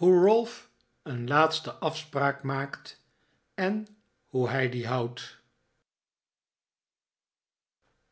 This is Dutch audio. ralph een laatste afspraak maakt en hoe hij die houdt